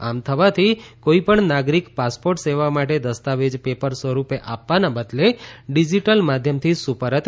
આમ થવાથી કોઇપણ નાગરીક પાસપોર્ટ સેવા માટે દસ્તાવેજ પેપર સ્વરૂપે આપવાના બદલે ડીજીટલ માધ્યમથી સુપરત કરી શકશે